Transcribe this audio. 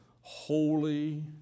holy